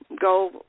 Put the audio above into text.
go